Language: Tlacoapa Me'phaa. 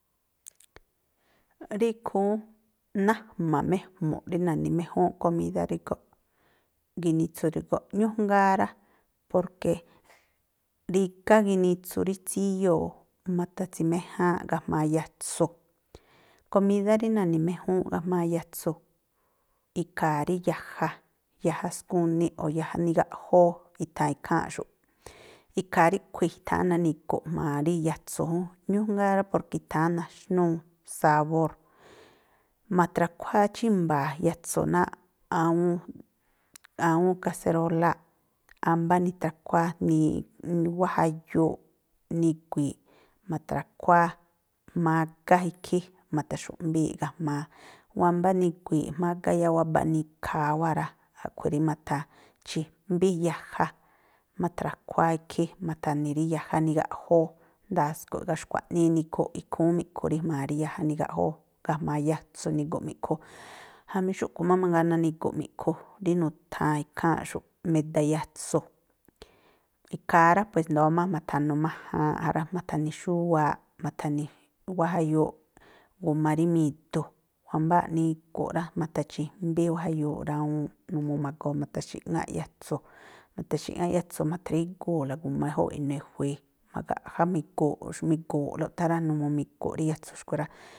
Rí ikhúún nájma̱ má ejmu̱ꞌ rí na̱ni̱méjúnꞌ komídá drígóꞌ, ginitsu drígóꞌ. Ñújngáá rá, porke rígá ginitsu rí tsíyoo ma̱tha̱tsi̱méjáánꞌ ga̱jma̱a yatsu̱. Komídá rí na̱ni̱méjúúnꞌ ga̱jma̱a yatsu̱, ikhaa rí yaja, yaja skuniꞌ o̱ yaja nigaꞌjóó, i̱tha̱an ikháa̱nꞌxu̱ꞌ. Ikhaa ríꞌkhui̱ i̱tháan nani̱gu̱ꞌ jma̱a rí yatsu̱ jún, ñújngáá rá, porke i̱tháan naxnúú sabór. Ma̱tra̱khuáá chímba̱a̱ yatsu náa̱ꞌ awúún awúún kaseróláa̱ꞌ, ámbá nitrakhuáá, mi̱i̱ꞌ, wáa̱ jayuuꞌ nigui̱i̱ꞌ ma̱thra̱khuáá mágá ikhí, ma̱tha̱xu̱mbíi̱ꞌ ga̱jma̱a. Wámbá nigui̱i̱ꞌ jmágá, yáá wabaꞌ nikhaa wáa̱ rá, a̱ꞌkhui̱ rí ma̱tha̱chi̱jbí yaꞌja ma̱thrakhuáá ikhí, ma̱tha̱ni̱ rí yaja nigaꞌjóó, ndasko̱ꞌ. Jngáa̱ xkua̱ꞌnii inigu̱ꞌ ikhúún mi̱ꞌkhu rí jma̱a rí yaja nigaꞌjóó. Ga̱jma̱a yatsu̱ ini̱gu̱ꞌ mi̱ꞌkhu. Jamí xúꞌkhui̱ má mangaa, nani̱gu̱ꞌ mi̱ꞌkhu rí nu̱tha̱an ikháa̱nꞌxu̱ꞌ meda yatsu̱. Ikhaa rá, pues i̱ndóó má ma̱tha̱nu̱ majaanꞌ ja rá. ma̱tha̱ni̱ xúwaaꞌ, ma̱tha̱ni̱ wáa̱ wayuuꞌ guma rí mi̱du̱, wámbáa̱ꞌ nigu̱ꞌ rá, ma̱tha̱chi̱jmbí wáa̱ jayuuꞌ rawuunꞌ numuu ma̱goo ma̱tha̱xi̱ꞌŋáꞌ yatsu̱, ma̱tha̱xi̱ꞌŋáꞌ yatsu̱, ma̱thrígu̱u̱la guma júúꞌ inuu e̱jui̱i, ma̱gaꞌjá mi̱gu̱u̱ꞌla úꞌthá rá, numuu mi̱gu̱ꞌ rí yatsu̱ xkui̱ rá.